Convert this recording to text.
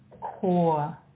core